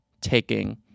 taking